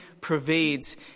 pervades